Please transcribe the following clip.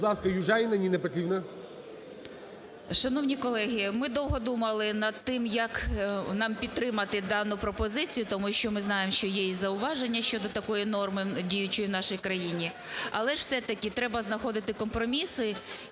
Будь ласка, Южаніна Ніна Петрівна. 17:08:43 ЮЖАНІНА Н.П. Шановні колеги, ми довго думали над тим як нам підтримати дану пропозицію, тому що ми знаємо, що є і зауваження щодо такої норми діючий в нашій країні. Але ж все-таки знаходити компроміси